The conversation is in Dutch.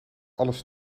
alles